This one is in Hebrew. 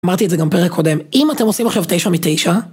אמרתי את זה גם פרק קודם, אם אתם עושים עכשיו תשע מתשע